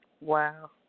Wow